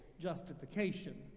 justification